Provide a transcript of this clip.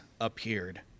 appeared